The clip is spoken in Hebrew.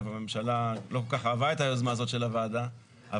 הממשלה לא כל כך אהבה את היוזמה הזאת של הוועדה - קבעה